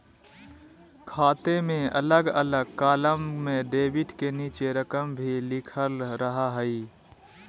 खाते में अलग अलग कालम में डेबिट के नीचे रकम भी लिखल रहा हइ